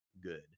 good